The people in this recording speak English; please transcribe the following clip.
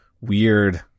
weird